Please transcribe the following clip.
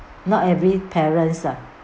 not every parents ah